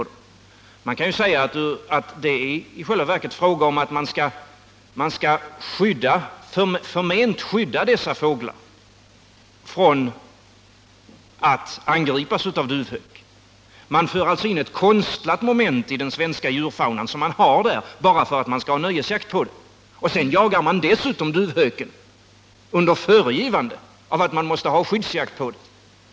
I själva verket kan man säga att det är fråga om att förment skydda dessa fåglar från att angripas av duvhök. Man för alltså in ett konstlat moment i den svenska djurfaunan bara för att kunna bedriva nöjesjakt. Sedan jagar man dessutom duvhök under föregivande av att man måste bedriva skyddsjakt på den.